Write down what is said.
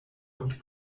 und